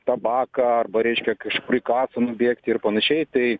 tabaką arba reiškia kažkur į kasą nubėgti ir panašiai tai